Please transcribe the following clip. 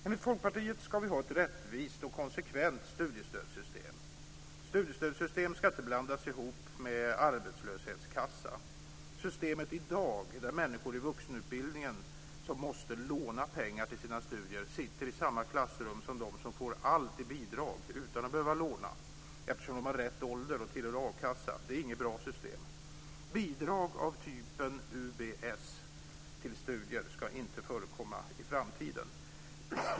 Enligt Folkpartiet ska vi ha ett rättvist och konsekvent studiestödssystem. Studiestödssystemet ska inte blandas ihop med arbetslöshetskassan. Systemet i dag - där människor i vuxenutbildningen som måste låna pengar till sina studier sitter i samma klassrum som de som får allt i bidrag, utan att behöva låna, eftersom de har rätt ålder och tillhör a-kassan - är inget bra system. Bidrag av typen UBS ska inte förekomma i framtiden.